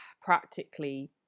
practically